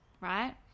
right